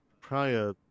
prior